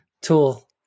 tool